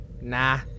Nah